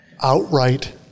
outright